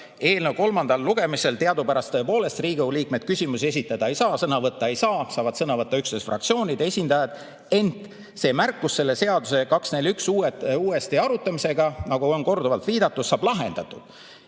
Eelnõu kolmandal lugemisel teadupärast tõepoolest Riigikogu liikmed küsimusi esitada ei saa, sõna võtta ei saa, saavad sõna võtta üksnes fraktsioonide esindajad, ent see märkus selle seaduse 241 uuesti arutamisega, nagu on korduvalt viidatud, saab lahendatud.